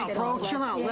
bro, chill out,